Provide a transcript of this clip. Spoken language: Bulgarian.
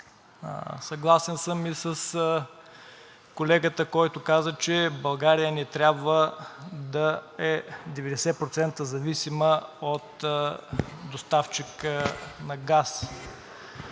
Съгласен съм и с колегата, който каза, че България не трябва да е 90% зависима от доставчика на газ.